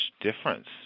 difference